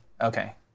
Okay